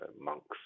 monks